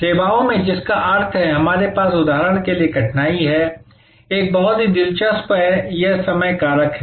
सेवाओं में जिसका अर्थ है हमारे पास उदाहरण के लिए कठिनाई है एक बहुत ही दिलचस्प है यह समय कारक है